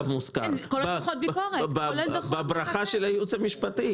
עם ברכה של הייעוץ המשפטי.